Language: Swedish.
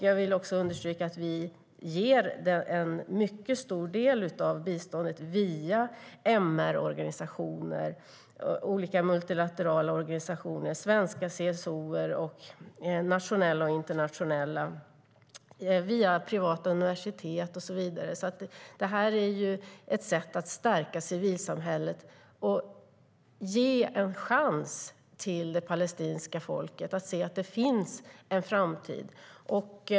Jag vill understryka att vi ger en mycket stor del av biståndet via MR-organisationer, olika multilaterala organisationer, svenska, nationella och internationella CSO:er, privata universitet och så vidare. Det är ett sätt att stärka civilsamhället och ge en chans till det palestinska folket att se att det finns en framtid.